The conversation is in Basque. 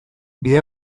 bide